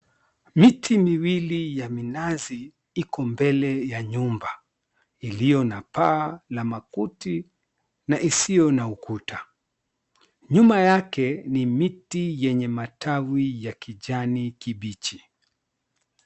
Miti miwili ya minazi iko mbele ya nyumba iliyo na paa la makuti na isiyo na ukuta. Nyuma yake ni miti yenye matawi ya kijani kibichi.